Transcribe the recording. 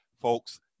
folks